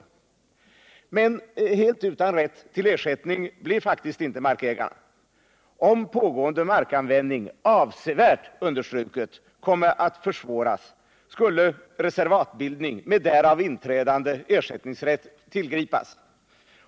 Men helt utan rätt till ersättning blev faktiskt inte markägarna. Om pågående markanvändning avsevärt komme att försvåras, skulle reservatbildning med därmed inträdande ersättningsrätt tillgripas.